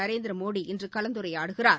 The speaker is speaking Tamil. நரேந்திரமோடி இன்று கலந்துரையாடுகிறார்